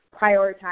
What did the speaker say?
prioritize